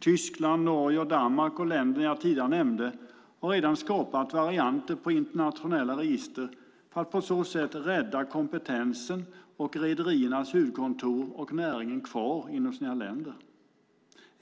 Tyskland, Norge och Danmark är länder jag nämnde som redan skapat varianter på internationella register för att på så sätt rädda kompetensen och rederiernas huvudkontor och näringen kvar inom sina länder.